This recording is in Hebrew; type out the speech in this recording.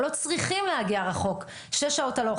או לא צריכים להגיע רחוק שש שעות הלוך